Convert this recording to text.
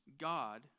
God